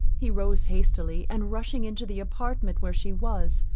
he rose hastily, and rushing into the apartment where she was,